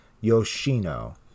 Yoshino